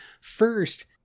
first